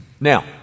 Now